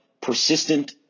persistent